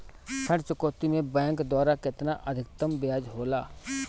ऋण चुकौती में बैंक द्वारा केतना अधीक्तम ब्याज होला?